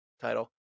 title